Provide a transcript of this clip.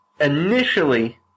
initially